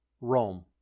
Rome